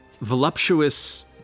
voluptuous